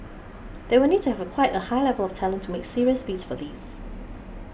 they will need to have quite a high level of talent to make serious bids for these